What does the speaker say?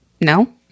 No